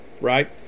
Right